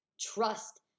Trust